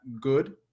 good